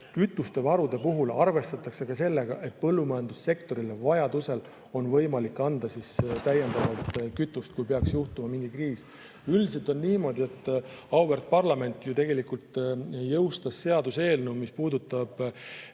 kütusevarude puhul arvestatakse ka sellega, et põllumajandussektorile on vajadusel võimalik anda täiendavat kütust, kui peaks juhtuma mingi kriis. Üldiselt on niimoodi, et auväärt parlament on jõustanud seaduseelnõu, mis puudutab